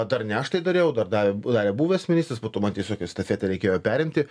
dar ne aš tai dariau dar davė darė buvęs ministras po to man tiesiog estafetę reikėjo perimti